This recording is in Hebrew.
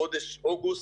בחודש אוגוסט,